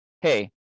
Hey